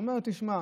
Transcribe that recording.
הוא אומר לו: תשמע,